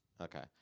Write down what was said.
Okay